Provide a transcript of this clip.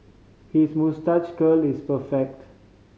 his moustache curl is perfect